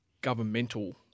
governmental